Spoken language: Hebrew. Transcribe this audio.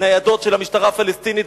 ניידות של המשטרה הפלסטינית,